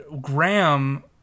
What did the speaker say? graham